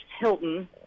Hilton